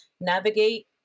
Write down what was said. navigate